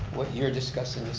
what you're discussing.